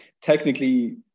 Technically